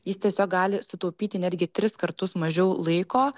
jis tiesiog gali sutaupyti netgi tris kartus mažiau laiko